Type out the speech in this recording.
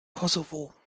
kosovo